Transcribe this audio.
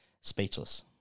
speechless